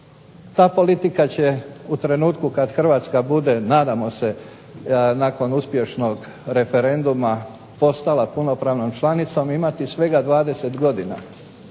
TA politika će u trenutku kada Hrvatska bude nadamo se nakon uspješnog referenduma postati punopravnom članicom imati svega 20 godina,